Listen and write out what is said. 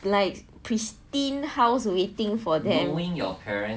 like pristine house waiting for them